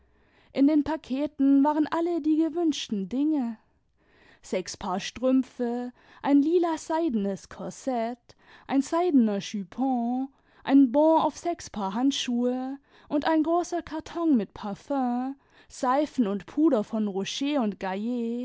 in den paketen waren alle die gewünschten dinge sechs paar strümpfe ein lila seidies korsett ein seidener jupon ein bon auf sechs paar handschuhe und ein großer karton mit parfüm seifen und puder von roget und